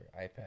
iPad